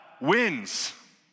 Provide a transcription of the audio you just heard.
wins